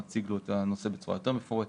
נציג לו את הנושא בצורה יותר מפורטת,